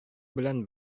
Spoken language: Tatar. белән